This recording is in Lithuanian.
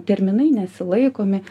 terminai nesilaikomi